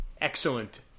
Excellent